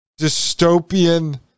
dystopian